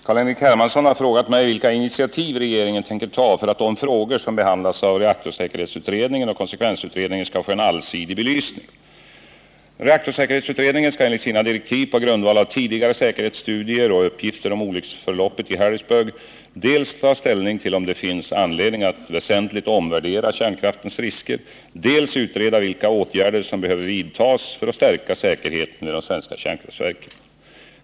Herr talman! C.-H. Hermansson har frågat mig vilka initiativ regeringen tänker ta för att de frågor som behandlas av reaktorsäkerhetsutredningen och konsekvensutredningen skall få en allsidig belysning. Reaktorsäkerhetsutredningen skall enligt sina direktiv på grundval av tidigare säkerhetsstudier och uppgifter om olycksförloppet i Harrisburg dels ta ställning till om det finns anledning att väsentligt omvärdera kärnkraftens risker, dels utreda vilka åtgärder som behöver vidtas för att stärka säkerheten vid de svenska kärnkraftverken.